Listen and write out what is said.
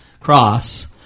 cross